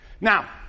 Now